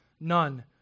none